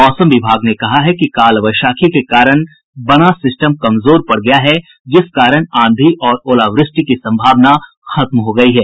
मौसम विभाग ने कहा है कि काल वैशाखी के कारण बना सिस्टम कमजोर पड़ गया है जिस कारण आंधी और ओलावृष्टि की संभावना खत्म हो गयी है